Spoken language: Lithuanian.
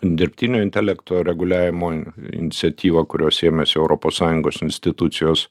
dirbtinio intelekto reguliavimo iniciatyvą kurios ėmėsi europos sąjungos institucijos